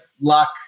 luck